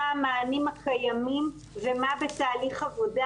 מה המענים הקיימים ומה בתהליך עבודה.